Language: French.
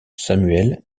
samuel